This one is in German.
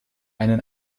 einen